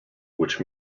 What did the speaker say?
which